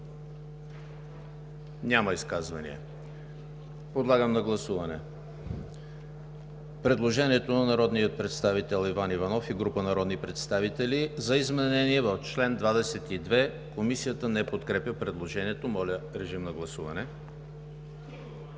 Няма изказвания. Подлагам на гласуване предложението на народния представител Иван Иванов и група народни представители за изменение в чл. 22. Комисията не подкрепя предложението. Гласували